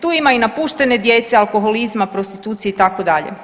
Tru ima i napuštene djece, alkoholizma, prostitucije itd.